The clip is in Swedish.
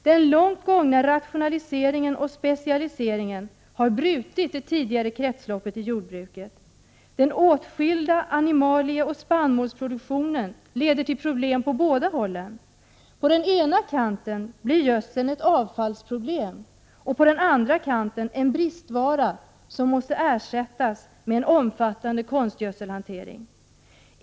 Den långt gångna rationaliseringen och specialiseringen har brutit det tidigare kretsloppet i jordbruket. När man skiljer på animalieproduktion och spannmålsproduktion leder det till problem på båda hållen. På den ena kanten blir gödseln ett avfallsproblem, på den andra kanten en bristvara som måste ersättas med en omfattande konstgödselhantering.